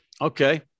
Okay